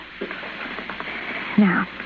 Now